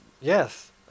Yes